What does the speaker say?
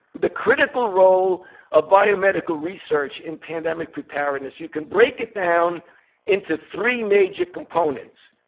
the critical role of biomedical research in pandemic preparedness, you can break it down into three major components.